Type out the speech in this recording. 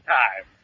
time